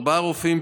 ארבעה רופאים,